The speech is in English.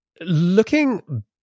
looking